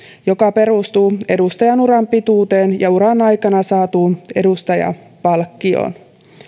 joka perustuu edustajan uran pituuteen ja uran aikana saatuun edustajapalkkioon